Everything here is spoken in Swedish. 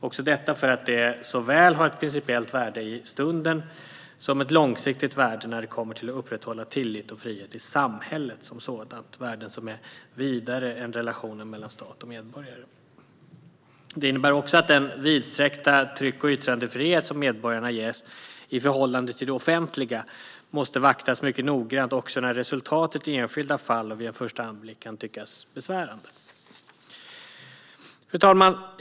Även detta har såväl ett principiellt värde i stunden som ett långsiktigt värde när det gäller att upprätthålla tillit och frihet i samhället som sådant. Dessa värden är vidare än relationen mellan stat och medborgare. Det innebär också att den vidsträckta tryck och yttrandefrihet som medborgarna ges i förhållande till det offentliga måste vaktas mycket noggrant, också när resultatet i enskilda fall och vid en första anblick kan tyckas besvärande. Fru talman!